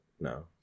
no